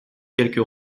quelques